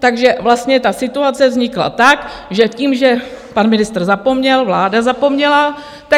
Takže vlastně ta situace vznikla tak, že tím, že pan ministr zapomněl, vláda zapomněla,